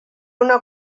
una